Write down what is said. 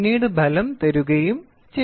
പിന്നീട് ഫലം തരുകയും ചെയ്യുന്നു